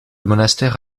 monastère